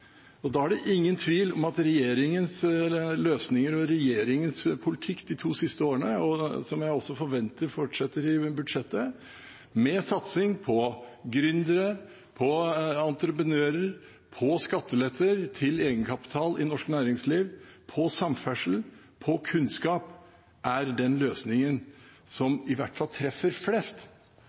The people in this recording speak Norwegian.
Da er det ingen tvil om at regjeringens løsninger og regjeringens politikk de to siste årene, som jeg også forventer fortsetter i budsjettet, med satsing på gründere, på entrepenører, på skatteletter, til egenkapital i norsk næringsliv, på samferdsel, på kunnskap, er de løsningene som i hvert fall treffer flest,